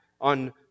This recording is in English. on